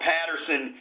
Patterson